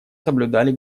соблюдали